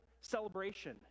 celebration